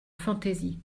fantasy